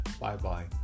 Bye-bye